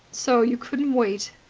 so you couldn't wait!